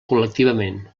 col·lectivament